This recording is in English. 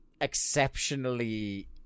exceptionally